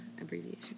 abbreviation